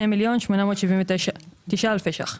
2,879,000 ₪.